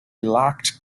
lacked